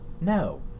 No